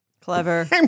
Clever